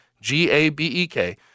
G-A-B-E-K